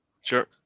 Sure